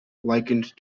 likened